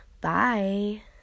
Bye